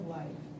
life